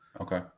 Okay